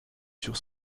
sur